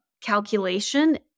calculation